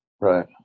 Right